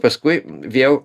paskui vėl